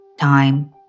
Time